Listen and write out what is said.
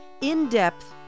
In-Depth